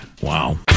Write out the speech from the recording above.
Wow